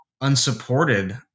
unsupported